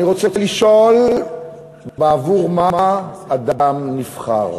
אני רוצה לשאול בעבור מה אדם נבחר,